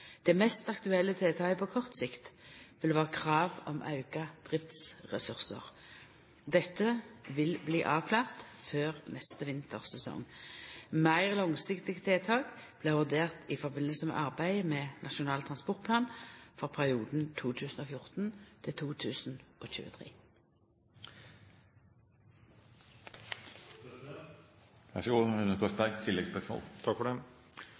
Det mest aktuelle tiltaket på kort sikt vil vera krav om auka driftsressursar. Dette vil bli avklart før neste vintersesong. Meir langsiktige tiltak vil bli vurderte i samband med arbeidet med Nasjonal transportplan for perioden 2014–2023. Jeg takker statsråden for svaret. Jeg oppfatter svaret som rimelig positivt, for